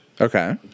Okay